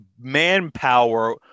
manpower